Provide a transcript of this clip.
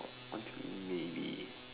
maybe